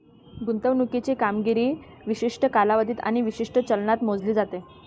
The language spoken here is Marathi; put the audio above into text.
गुंतवणुकीची कामगिरी विशिष्ट कालावधीत आणि विशिष्ट चलनात मोजली जाते